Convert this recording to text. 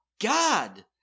God